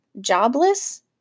jobless